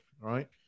right